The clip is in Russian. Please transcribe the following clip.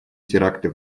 теракты